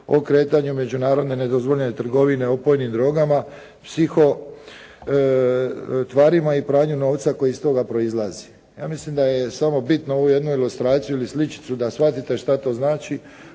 o kretanju međunarodne nedozvoljene trgovine opojnim drogama, psiho tvarima i pranju novca koji iz toga proizlazi. Ja mislim da je samo bitno ovu jednu ilustraciju ili sličicu da shvatite šta to znači,